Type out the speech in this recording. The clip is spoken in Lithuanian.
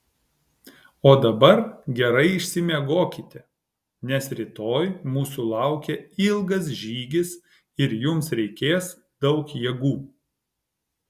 o dabar gerai išsimiegokite nes rytoj mūsų laukia ilgas žygis ir jums reikės daug jėgų